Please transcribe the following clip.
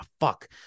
fuck